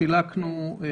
חילקנו אותה.